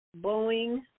Boeing